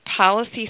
policy